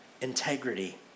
integrity